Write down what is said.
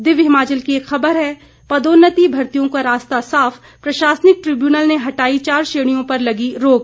दिव्य हिमाचल की एक खबर है पदोन्नति मर्तियों का रास्ता साफ प्रशासनिक ट्रिब्यूनल ने हटाई चार श्रेणियों पर लगी रोक